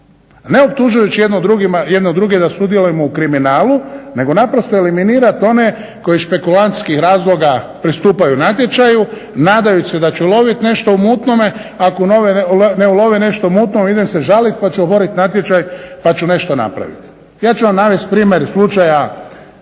Ne optužujući jedni druge da sudjelujemo u kriminalu nego naprosto eliminirati one koji iz špekulantskih razloga pristupaju natječaju nadajući se da će uloviti nešto u mutnome, a ako ne ulove nešto u mutnome idem se žaliti pa ću oboriti natječaj pa ću nešto napraviti. Ja ću vam navesti primjer slučaja